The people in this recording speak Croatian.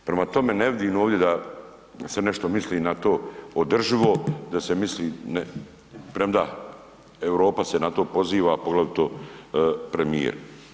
Prema tome ne vidim ovdje da se nešto misli na to održivo, da se misli, premda Europa se na to poziva, poglavito premijer.